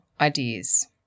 ideas